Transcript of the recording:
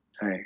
Hi